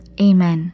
Amen